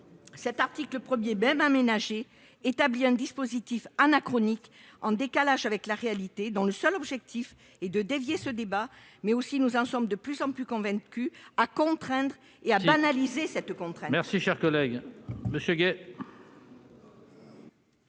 Cet article 1, même aménagé, établit un dispositif anachronique, en décalage avec la réalité, dont le seul objectif est de dévier le débat pour mieux contraindre- nous en sommes de plus en plus convaincus -et pour banaliser cette contrainte.